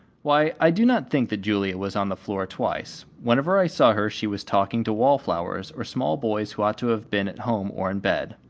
why, i do not think that julia was on the floor twice. whenever i saw her she was talking to wall flowers, or small boys who ought to have been at home or in bed.